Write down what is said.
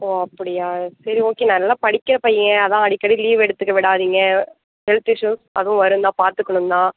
ஓ அப்படியா சரி ஓகே நல்லா படிக்கிற பையன் அதான் அடிக்கடி லீவ் எடுத்துக்க விடாதிங்க ஹெல்த் இஷூ அதுவும் வரும் தான் பார்த்துக்குணும் தான்